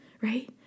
right